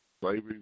slavery